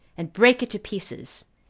and brake it to pieces,